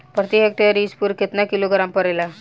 प्रति हेक्टेयर स्फूर केतना किलोग्राम परेला?